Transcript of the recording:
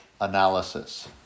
analysis